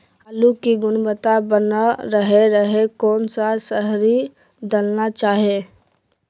आलू की गुनबता बना रहे रहे कौन सा शहरी दलना चाये?